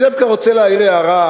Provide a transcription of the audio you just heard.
אני דווקא רוצה להעיר הערה